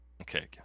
Okay